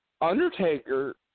Undertaker